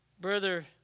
brother